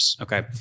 Okay